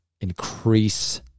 increase